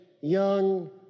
young